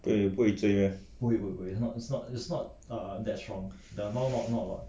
不会不会不会醉 meh